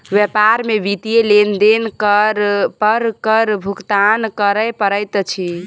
व्यापार में वित्तीय लेन देन पर कर भुगतान करअ पड़ैत अछि